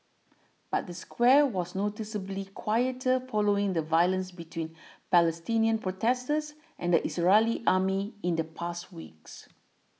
but the square was noticeably quieter following the violence between Palestinian protesters and the Israeli army in the past weeks